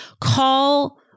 call